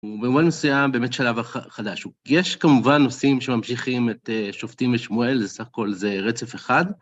הוא במובן מסוים באמת שלב חדש. יש כמובן נושאים שממשיכים את שופטים ושמואל, זה סך הכל, זה רצף אחד.